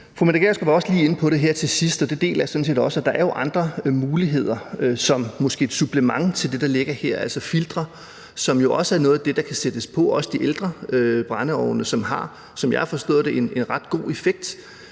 Fru Mette Gjerskov var også lige inde på her til sidst, og det deler jeg sådan set også, at der jo er andre muligheder, som måske er et supplement til det, der ligger her, altså filtre, som jo også er noget af det, der kan sættes på de ældre brændeovne, og som – som jeg har forstået det – har en ret god effekt